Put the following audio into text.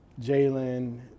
Jalen